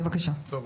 בבקשה כבוד השר.